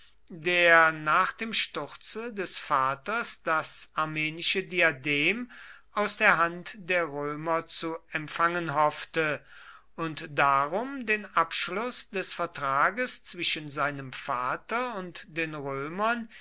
der nach dem sturze des vaters das armenische diadem aus der hand der römer zu empfangen hoffte und darum den abschluß des vertrages zwischen seinem vater und den römern